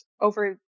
over